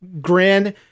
grin